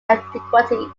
antiquity